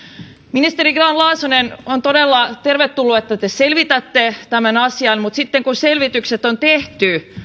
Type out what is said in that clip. ministeri grahn laasonen on todella tervetullutta että te selvitätte tämän asian mutta sitten kun selvitykset on tehty